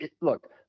Look